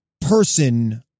person